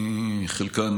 חלקן,